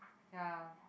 ya